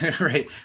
right